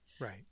Right